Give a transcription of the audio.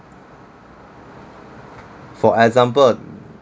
for example